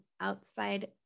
outside